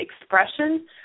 expression